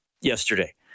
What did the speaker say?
yesterday